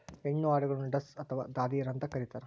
ಹೆಣ್ಣು ಆಡುಗಳನ್ನು ಡಸ್ ಅಥವಾ ದಾದಿಯರು ಅಂತ ಕರೀತಾರ